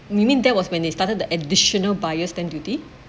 you mean that was when they started the additional buyer's stamp duty